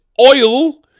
oil